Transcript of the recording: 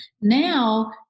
Now